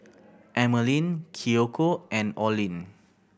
Emmaline Kiyoko and Olin